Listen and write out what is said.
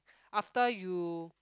after you